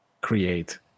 create